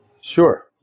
Sure